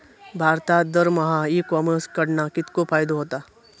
भारतात दरमहा e commerce कडणा कितको फायदो होता?